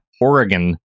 Oregon